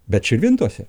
bet širvintose